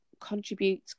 Contribute